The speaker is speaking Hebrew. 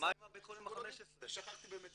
שכחתי באמת